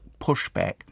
pushback